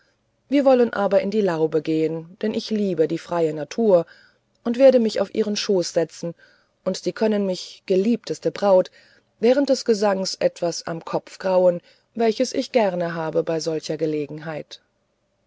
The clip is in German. wir wollen aber in die laube gehen denn ich liebe die freie natur ich werde mich auf ihren schoß setzen und sie können mich geliebteste braut während des gesanges etwas im kopfe krauen welches ich gern habe bei solcher gelegenheit